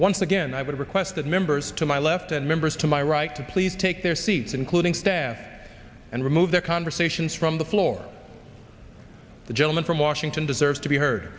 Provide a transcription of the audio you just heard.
once again i would request that members to my left and members to my right to please take their seats including staff and remove their conversations from the floor the gentleman from washington deserves to be h